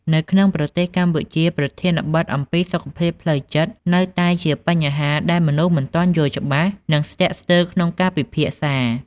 នៅក្នុងប្រទេសកម្ពុជា ប្រធានបទអំពីសុខភាពផ្លូវចិត្តនៅតែជាបញ្ហាដែលមនុស្សមិនទាន់យល់ច្បាស់ និងស្ទាក់ស្ទើរក្នុងការពិភាក្សា។